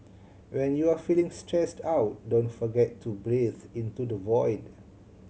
when you are feeling stressed out don't forget to breathe into the void